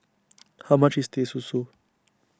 how much is Teh Susu